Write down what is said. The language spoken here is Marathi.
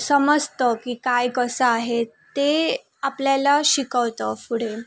समजतं की काय कसं आहे ते आपल्याला शिकवतं पुढे